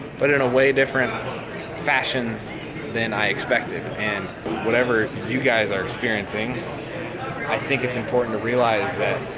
but in a way different fashion than i expected and whatever you guys are experiencing i think it's important to realize that